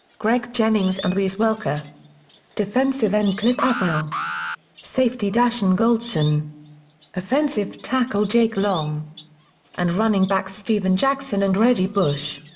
greg jennings and wes welker defensive end cliff avril safety dashon goldson offensive tackle jake long and running backs steven jackson and reggie bush.